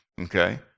Okay